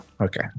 okay